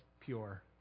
pure